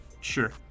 Sure